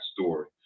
story